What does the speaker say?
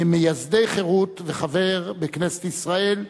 ממייסדי חרות וחבר בכנסת ישראל,